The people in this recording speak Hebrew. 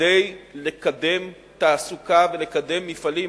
כדי לקדם תעסוקה ולקדם מפעלים,